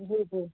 जी जी